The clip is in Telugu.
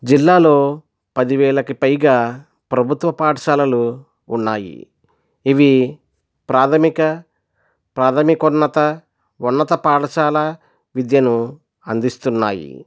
జిల్లాలో పదివేలకి పైగా ప్రభుత్వ పాఠశాలలు ఉన్నాయి ఇవి ప్రాథమిక ప్రాథమిక ఉన్నత ఉన్నత పాఠశాల విద్యను అందిస్తున్నాయి